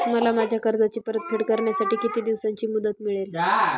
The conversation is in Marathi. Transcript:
मला माझ्या कर्जाची परतफेड करण्यासाठी किती दिवसांची मुदत मिळेल?